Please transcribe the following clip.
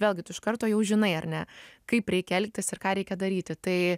vėlgi tu iš karto jau žinai ar ne kaip reikia elgtis ir ką reikia daryti tai